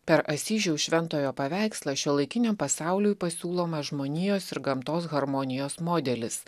per asyžiaus šventojo paveikslą šiuolaikiniam pasauliui pasiūloma žmonijos ir gamtos harmonijos modelis